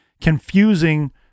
confusing